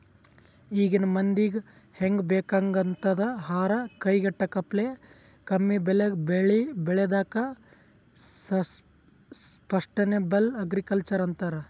ಈಗಿನ್ ಮಂದಿಗ್ ಹೆಂಗ್ ಬೇಕಾಗಂಥದ್ ಆಹಾರ್ ಕೈಗೆಟಕಪ್ಲೆ ಕಮ್ಮಿಬೆಲೆಗ್ ಬೆಳಿ ಬೆಳ್ಯಾದಕ್ಕ ಸಷ್ಟನೇಬಲ್ ಅಗ್ರಿಕಲ್ಚರ್ ಅಂತರ್